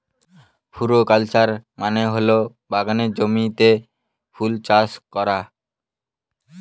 floriculture মানে হল বাগানের জমিতে ফুল চাষ করা